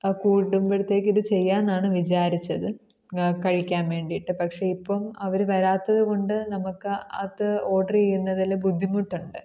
കൂടുമ്പോഴത്തേക്കും ഇത് ചെയ്യാം എന്നാണ് വിചാരിച്ചത് കഴിക്കാൻ വേണ്ടിയിട്ട് പക്ഷേ ഇപ്പോൾ അവർ വരാത്തത് കൊണ്ട് നമുക്ക് അത് ഓഡറ് ചെയ്യുന്നതിൽ ബുദ്ധിമുട്ടുണ്ട്